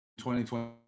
2020